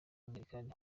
angilikani